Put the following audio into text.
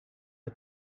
hij